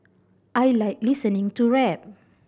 I like listening to rap